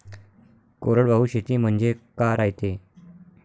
कोरडवाहू शेती म्हनजे का रायते?